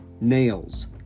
Nails